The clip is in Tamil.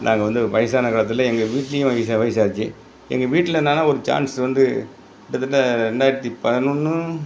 நாங்கள் வந்து வயசான காலத்தில் எங்கள் வீட்டுலேயும் வயசு வயசாச்சி எங்கள் வீட்டில் என்னெனா ஒரு சான்ஸ்சு வந்து கிட்டத்தட்ட ரெண்டாயிரத்தி பதினொன்று